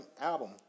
album